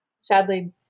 sadly